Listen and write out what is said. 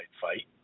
fight